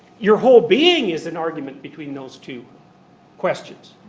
your whole being is an argument between those two questions.